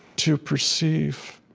to perceive,